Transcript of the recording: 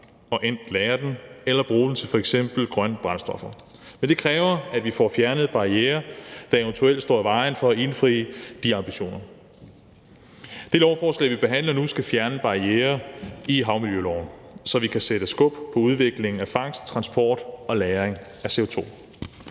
og enten lagre den eller bruge den til f.eks. at lave grønne brændstoffer. Men det kræver, at vi får fjernet de barrierer, der eventuelt står i vejen for at indfri de ambitioner. Det lovforslag, som vi behandler nu, skal fjerne barriererne i havmiljøloven, så vi kan sætte skub i udviklingen af fangst, transport og lagring af CO2.